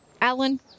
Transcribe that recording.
Alan